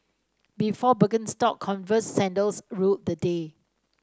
before Birkenstock Converse sandals ruled the day